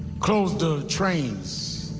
closed the trains.